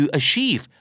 achieve